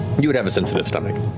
you would have a sensitive stomach.